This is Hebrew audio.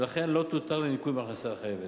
ולכן לא תותר לניכוי מההכנסה החייבת.